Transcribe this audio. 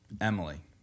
Emily